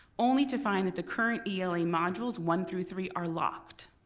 only to find that the current ela modules one through three are locked.